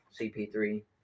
CP3